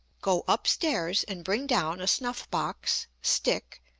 go up-stairs and bring down a snuff-box, stick,